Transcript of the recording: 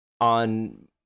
on